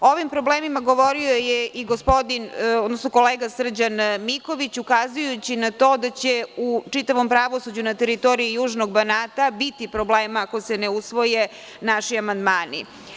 O ovim problemima govorio je i gospodin, odnosno kolega, Srđan Miković, ukazujući na to da će u čitavom pravosuđu na teritoriji južnog Banata biti problema ako se ne usvoje naši amandmani.